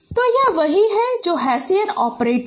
तो यह वही है जो हेसियन ऑपरेटर है